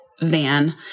van